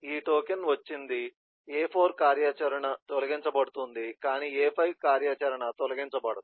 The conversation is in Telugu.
ఈ టోకెన్ వచ్చింది a4 కార్యాచరణ తొలగించబడుతుంది కాని a5 కార్యాచరణ తొలగించబడదు